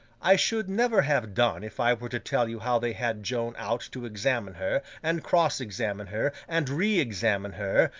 i should never have done if i were to tell you how they had joan out to examine her, and cross-examine her, and re-examine her,